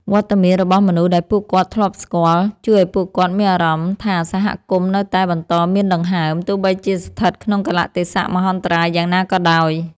វត្តមានរបស់មនុស្សដែលពួកគាត់ធ្លាប់ស្គាល់ ជួយឱ្យពួកគាត់មានអារម្មណ៍ថាសហគមន៍នៅតែបន្តមានដង្ហើម ទោះបីជាស្ថិតក្នុងកាលៈទេសៈមហន្តរាយយ៉ាងណាក៏ដោយ។